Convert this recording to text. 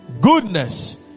goodness